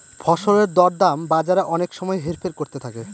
ফসলের দর দাম বাজারে অনেক সময় হেরফের করতে থাকে